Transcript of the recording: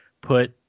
put